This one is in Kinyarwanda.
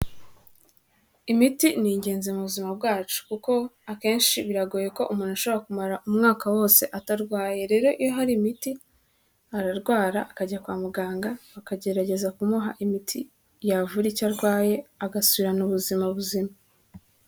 Imiti ni ingenzi mu buzima bwacu kuko akenshi biragoye ko umuntu ashobora kumara umwaka wose atarwaye. Rero iyo hari imiti ararwara akajya kwa muganga bakagerageza kumuha imiti yavura icyo arwaye agasubirana ubuzima buzima.